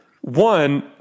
One